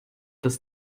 dass